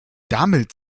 damit